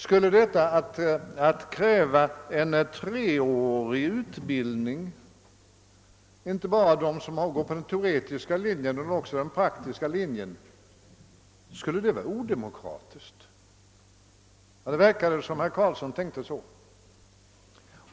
Skulle detta att kräva en treårig utbildning inte bara av dem som går på den teoretiska linjen utan också av dem som går på den praktiska linjen vara odemokratiskt? Det verkade som om herr Carlsson tänkte så.